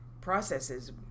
processes